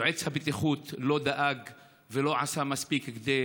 ויועץ הבטיחות לא דאג ולא עשה מספיק כדי